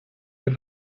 when